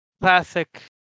classic